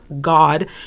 God